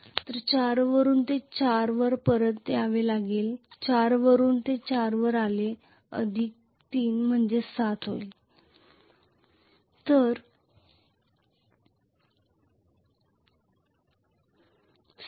तर ते 4 वरून 4 वर परत यावे लागेल 4 वरून ते 4 वर आले अधिक 3 7